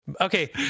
Okay